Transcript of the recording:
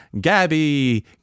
gabby